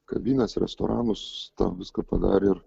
kavines restoranus viską padarė ir